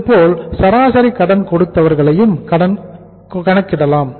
இதேபோல் சராசரி கடன் கொடுத்தவர்களையும் கணக்கிடலாம்